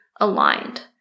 aligned